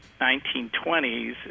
1920s